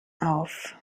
auf